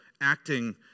acting